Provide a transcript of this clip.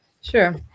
Sure